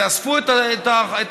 ותאספו את החומרים.